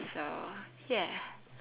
so ya